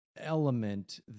element